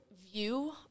view